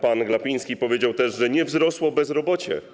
Pan Glapiński powiedział też, że nie wzrosło bezrobocie.